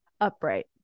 Upright